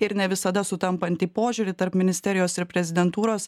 ir ne visada sutampantį požiūrį tarp ministerijos ir prezidentūros